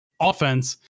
offense